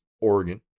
Oregon